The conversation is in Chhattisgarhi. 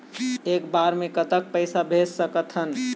एक बार मे कतक पैसा भेज सकत हन?